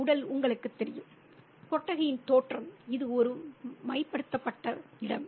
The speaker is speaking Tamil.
உடல் உங்களுக்குத் தெரியும் கொட்டகையின் தோற்றம் இது ஒரு மை படுத்தப்பட்ட இடம்